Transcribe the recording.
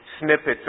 snippets